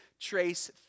trace